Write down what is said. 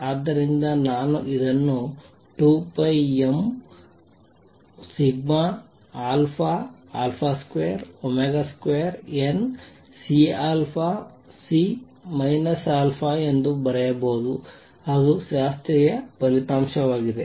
ಆದ್ದರಿಂದ ನಾನು ಇದನ್ನು 2πm22CC α ಎಂದು ಬರೆಯಬಹುದು ಅದು ಶಾಸ್ತ್ರೀಯ ಫಲಿತಾಂಶವಾಗಿದೆ